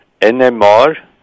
NMR